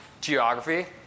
Geography